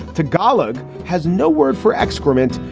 tagalog has no word for excrement.